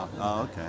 Okay